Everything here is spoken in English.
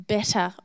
Better